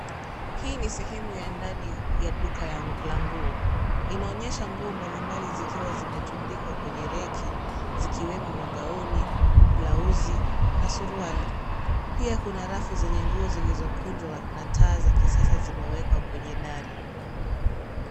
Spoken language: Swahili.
Hii ni sehemu ya ndani ya duka la nguo. Inaonyesha nguo mbalimbali zikiwa zimetundikwa kwenye reki zikiwemo magauni, blausi na suruali. Pia kuna rafu zenye nguo zilizokunjwa na taa za kisasa zimewekwa kwenye dari.